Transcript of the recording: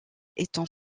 étant